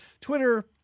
Twitter